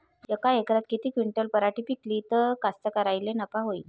यका एकरात किती क्विंटल पराटी पिकली त कास्तकाराइले नफा होईन?